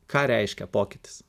ką reiškia pokytis